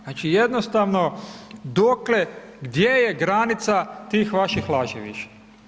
Znači jednostavno dokle, gdje je granica tih vaših laži više?